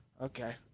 Okay